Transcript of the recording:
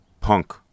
Punk